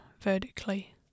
vertically